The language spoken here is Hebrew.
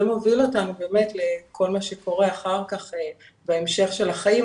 זה מוביל אותנו לכל מה שקורה אחר כך בהמשך של החיים,